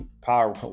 power